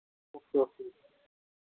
okay okay